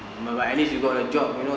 but but at least you got a job you know